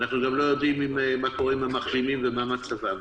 אנחנו גם לא יודעים מה קורה עם המחלימים ומה מצבם.